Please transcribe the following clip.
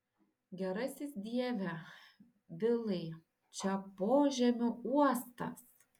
gerasis dieve vilai čia požemių uostas